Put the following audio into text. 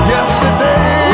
Yesterday